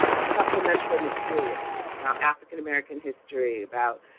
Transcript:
supplemental materials about african-american history, about,